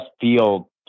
feel